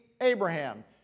Abraham